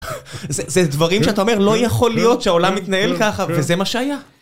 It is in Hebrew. זה דברים שאתה אומר לא יכול להיות שהעולם מתנהל ככה וזה מה שהיה